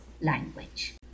language